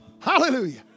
Hallelujah